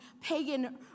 pagan